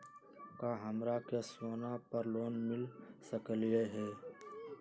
का हमरा के सोना पर लोन मिल सकलई ह?